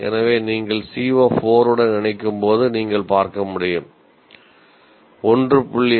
எனவே நீங்கள் CO4 உடன் இணைக்கும்போது நீங்கள் பார்க்க முடியும் 1